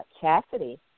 Cassidy